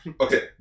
Okay